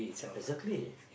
exactly